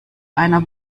einer